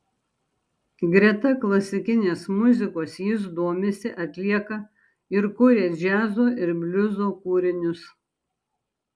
greta klasikinės muzikos jis domisi atlieka ir kuria džiazo ir bliuzo kūrinius